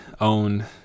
own